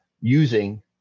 using